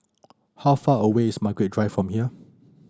how far away is Margaret Drive from here